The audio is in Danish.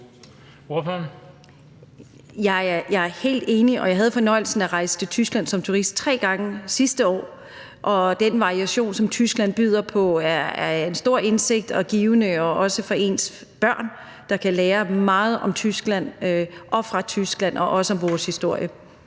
Jeg er helt enig, og jeg havde fornøjelsen af at rejse til Tyskland som turist tre gange sidste år, og den variation, som Tyskland byder på, er en stor indsigt og er givende, også for ens børn, der kan lære meget om Tyskland og fra Tyskland, også om vores historie.